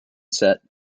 set